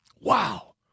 Wow